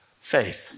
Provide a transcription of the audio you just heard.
faith